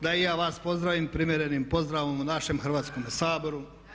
Da i ja vas pozdravim primjerenim pozdravom u našem Hrvatskom saboru.